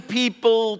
people